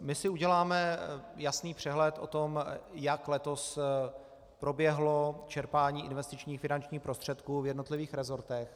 My si uděláme jasný přehled o tom, jak letos proběhlo čerpání investičních finančních prostředků v jednotlivých rezortech.